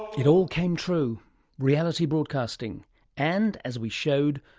it all came true reality broadcasting and as we showed,